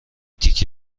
تیکه